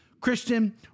Christian